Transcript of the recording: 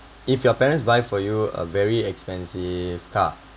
if your parents buy for you a very expensive car